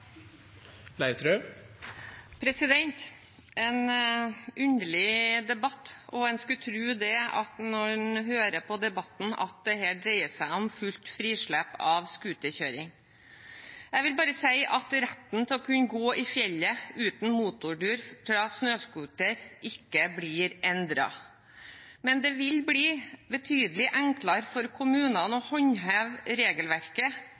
en underlig debatt. Man skulle tro, når en hører på debatten, at dette dreier seg om fullt frislepp av scooterkjøring. Jeg vil bare si at retten til å gå i fjellet uten motordur fra snøscooter ikke blir endret. Men det vil bli betydelig enklere for kommunene å håndheve regelverket.